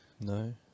No